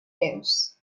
news